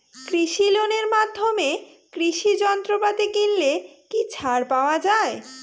কৃষি লোনের মাধ্যমে কৃষি যন্ত্রপাতি কিনলে কি ছাড় পাওয়া যায়?